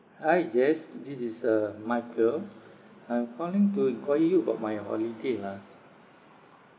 hi jess this is uh malcolm I'm calling to enquire you about my holiday lah